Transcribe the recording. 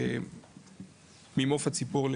ממעוף הציפור,